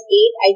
eight